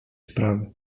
sprawy